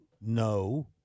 no